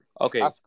Okay